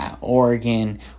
Oregon